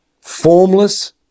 formless